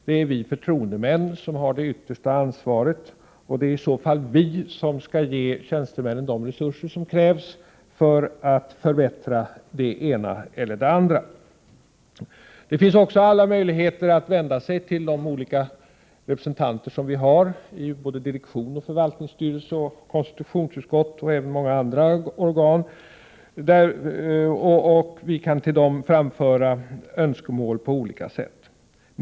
Det är vi förtroendemän som har det yttersta ansvaret, och det är i så fall vi som skall ge tjänstemännen de resurser som krävs för att förbättra det ena eller det andra. Det finns alla möjligheter att vända sig till de olika representanter vi har i direktion, förvaltningsstyrelse, konstitutionsutskott och många andra organ. Vi kan till dem framföra önskemål på olika sätt.